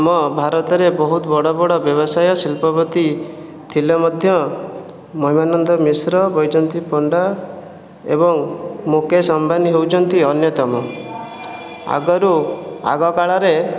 ଆମ ଭାରତରେ ବହୁତ ବଡ଼ ବଡ଼ ବ୍ୟବସାୟ ଶିଳ୍ପପତି ଥିଲେ ମଧ୍ୟ ମହିମାନନ୍ଦ ମିଶ୍ର ବୈଜୟନ୍ତୀ ପଣ୍ଡା ଏବଂ ମୁକେଶ ଅମ୍ବାନୀ ହେଉଛନ୍ତି ଅନ୍ୟତମ ଆଗରୁ ଆଗ କାଳରେ